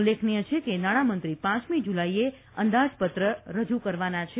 ઉલ્લેખનીય છે કે નાણાંમંત્રી પાંચમી જુલાઇએ અંદાજપત્ર રજૂ કરવાના છે